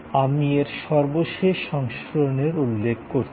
আমি এর সর্বশেষ সংস্করণের উল্লেখ করছি